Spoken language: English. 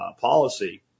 policy